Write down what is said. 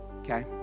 Okay